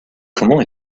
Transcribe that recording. comment